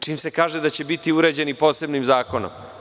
Čim se kaže da će biti urađeni posebnim zakonom.